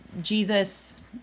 Jesus